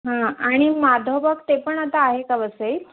हां आणि माधवबाग ते पण आता आहे का वसईत